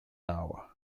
hour